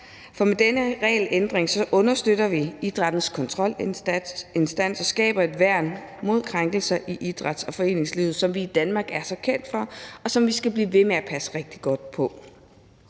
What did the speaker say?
for med denne regelændring understøtter vi idrættens kontrolinstans og skaber et værn mod krænkelser i det idræts- og foreningsliv, som vi i Danmark er så kendt for, og som vi skal blive ved med at passe rigtig godt på.